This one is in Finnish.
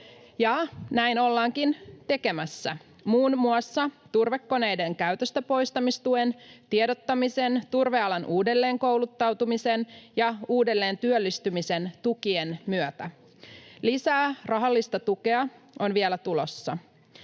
näin ollaankin tekemässä muun muassa turvekoneiden käytöstäpoistamistuen, tiedottamisen sekä turvealan uudelleenkouluttautumisen ja uudelleentyöllistymisen tukien myötä. Lisää rahallista tukea on vielä tulossa.